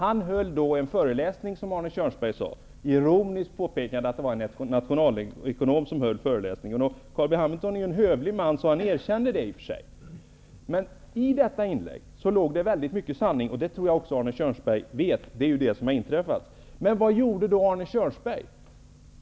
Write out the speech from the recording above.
Arne Kjörnsberg påpekade ironiskt att det var en nationalekonom som höll föreläsning, och Carl B Hamilton, som är en hövlig man, erkände det. Det låg mycket sanning i detta inlägg, och jag tror att Arne Kjörnsberg vet att det är det som sades där som har inträffat. Vad gjorde då Arne Kjörnsberg?